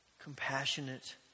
compassionate